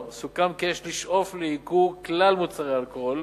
סוכם כי יש לשאוף לייקור כלל מוצרי האלכוהול,